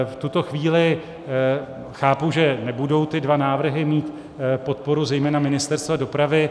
V tuto chvíli chápu, že nebudou tyto dva návrhy mít podporu zejména Ministerstva dopravy.